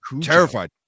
terrified